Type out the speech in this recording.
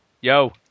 Yo